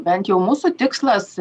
bent jau mūsų tikslas